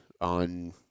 on –